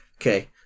Okay